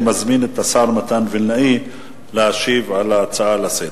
אני מזמין את השר מתן וילנאי להשיב על ההצעה לסדר-היום.